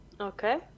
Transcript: okay